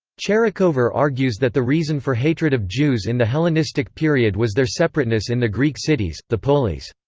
tcherikover argues that the reason for hatred of jews in the hellenistic period was their separateness in the greek cities, the poleis.